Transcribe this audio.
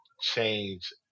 change